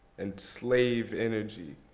and slave energy.